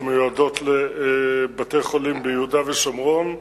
שמיועדות לבתי-חולים ביהודה ושומרון,